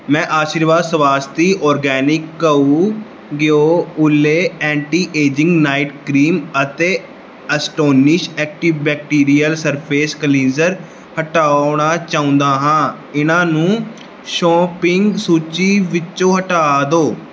ਮੈਂ ਆਸ਼ੀਰਵਾਦ ਸਵਾਸਤੀ ਆਰਗੈਨਿਕ ਗਊ ਘਿਉ Olay anti aging night cream ਅਤੇ ਅਸਟੋਨਿਸ਼ ਐਂਟੀਬੈਕਟੀਰੀਅਲ ਸਰਫੇਸ ਕਲੀਂਜ਼ਰ ਹਟਾਉਣਾ ਚਾਹੁੰਦਾ ਹਾਂ ਇਹਨਾਂ ਨੂੰ ਸ਼ੋਪਿੰਗ ਸੂਚੀ ਵਿੱਚੋਂ ਹਟਾ ਦਿਉ